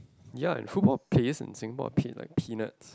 ya and football pays in Singapore paid like peanuts